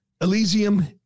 Elysium